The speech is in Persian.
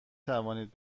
توانید